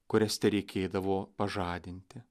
kurias tereikėdavo pažadinti